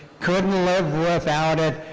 couldn't live without it.